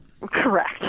Correct